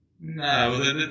No